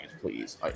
please